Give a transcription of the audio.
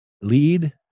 lead